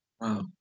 Wow